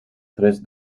tres